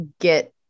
get